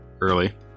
early